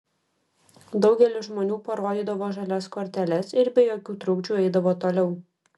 daugelis žmonių parodydavo žalias korteles ir be jokių trukdžių eidavo toliau